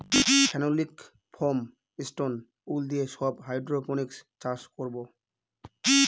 phenolic foam, stone wool দিয়ে সব hydroponics চাষ করাবো